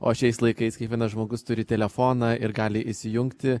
o šiais laikais kiekvienas žmogus turi telefoną ir gali įsijungti